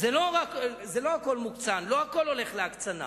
לא הכול מוקצן, לא הכול הולך להקצנה.